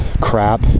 crap